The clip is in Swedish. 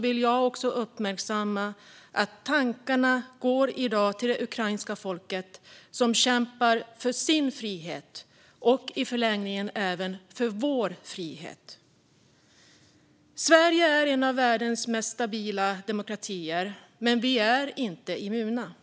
vill jag uppmärksamma att tankarna i dag går till det ukrainska folket som kämpar för sin frihet och i förlängningen även för vår frihet. Sverige är en av världens mest stabila demokratier, men vi är inte immuna.